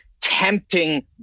tempting